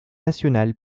national